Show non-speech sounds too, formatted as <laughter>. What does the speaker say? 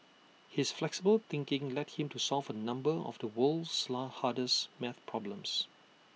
his flexible thinking led him to solve A number of the world's <unintelligible> hardest math problems